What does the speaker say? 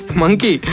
monkey